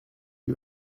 you